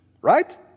Right